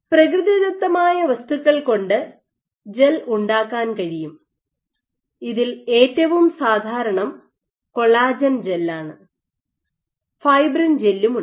പ്രകൃതിദത്തമായ വസ്തുക്കൾ കൊണ്ട് ജെൽ ഉണ്ടാക്കാൻ കഴിയും ഇതിൽ ഏറ്റവും സാധാരണം കൊളാജൻ ജെല്ലാണ് ഫൈബ്രിൻ ജെല്ലുമുണ്ട്